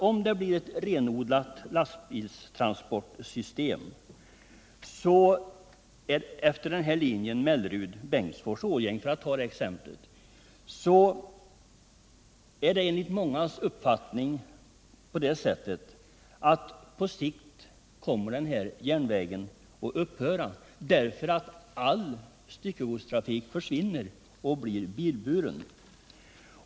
Om vi får ett renodlat lastbilstransportsystem i området Mellerud-Bengtsfors-Årjäng-Eda-Arvika för att ta det exemplet, så är det mångas uppfattning att järnvägstrafiken på den sträckan på sikt kommer att upphöra, när all styckegodstrafik försvinner och ersätts med bilburna transporter.